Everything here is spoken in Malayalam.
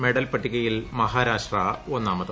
മെഡൽ പട്ടികയിൽ മഹാരാഷ്ട്ര ഒന്നാമത്